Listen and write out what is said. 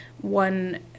one